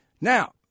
now